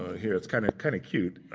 ah here, it's kind of kind of cute.